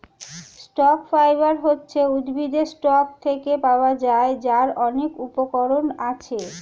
stock fibre হচ্ছে উদ্ভিদের stalk থেকে পাওয়া যায়, যার অনেক উপকরণ আছে